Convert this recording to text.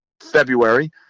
february